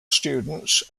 students